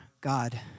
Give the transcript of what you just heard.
God